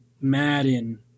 Madden